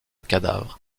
cadavre